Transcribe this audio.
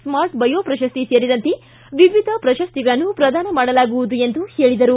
smart bio ಪ್ರಶಸ್ತಿ ಸೇರಿದಂತೆ ವಿವಿಧ ಪ್ರಶಸ್ತಿಗಳನ್ನು ಪ್ರದಾನ ಮಾಡಲಾಗುವುದು ಎಂದು ಹೇಳಿದರು